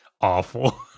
awful